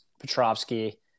Petrovsky